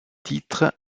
titre